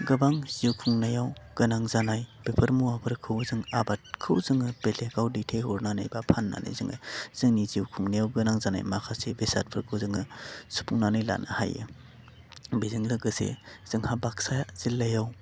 गोबां जिउ खुंनायाव गोनां जानाय बेफोर मुवाफोरखौ जों आबादखौ जोङो बेलेखाव दैथाइहरनानै बा फान्नानै जोङो जोंनि जिउ खुंनायाव गोनां जानाय माखासे बेसादफोरखौ जोङो सुफुंनानै लानो हायो बेजों लोगोसे जोंहा बाक्सा जिल्लायाव